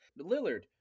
Lillard